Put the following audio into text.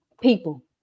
people